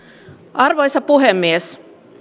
arvoisa puhemies